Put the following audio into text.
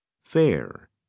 fair